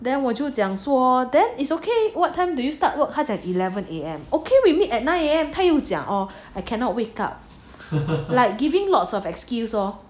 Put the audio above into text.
then 我就讲说 then it's okay what time do you start work hard 他讲 at eleven A_M okay we meet at nine A_M 他又讲 orh I cannot wake up like giving lots of excuse lor